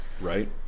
Right